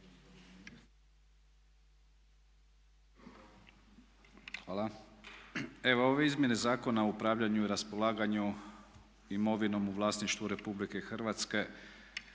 Hvala. Evo ove izmjene Zakona o upravljanju i raspolaganju imovinom u vlasništvu Republike Hrvatske